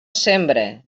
sembre